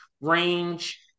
range